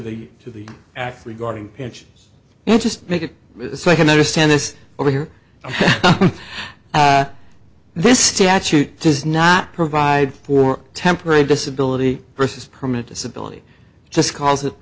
the to the act regarding pensions and just make it so i can understand this over here this statute does not provide for temporary disability vs permanent disability just calls it